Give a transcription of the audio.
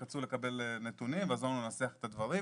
רק רצו לקבל נתונים ולעזור לנו לנסח את הדברים.